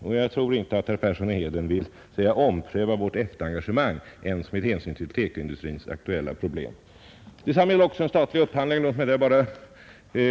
Och jag tror inte att herr Persson i Heden vill ompröva vårt EFTA-engagemang ens med hänsyn till TEKO-industrins aktuella problem. Detta betyder att också de rent legala möjligheterna till importbegränsningar är mycket små. Den andra punkten gäller den statliga upphandlingen.